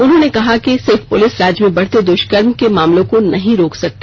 उन्होंने कहा कि सिर्फ पुलिस राज्य में बढ़ते दुष्कर्म के मामलों को नहीं रोक सकती